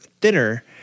thinner